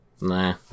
Nah